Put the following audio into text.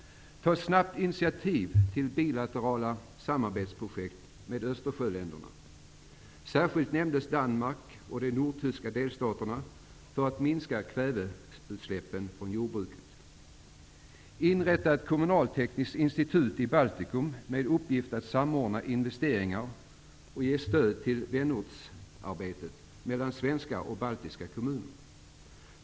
Ta snabbt initiativ till bilaterala samarbetsprojekt med Östersjöländerna. Särskilt nämndes Danmark och de nordtyska delstaterna när det gällde att minska kväveutsläppen från jordbruket. -- Inrätta ett kommunaltekniskt institut i Baltikum med uppgift att samordna investeringar och ge stöd till vänortsarbetet mellan svenska och baltiska kommuner.